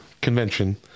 convention